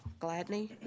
Gladney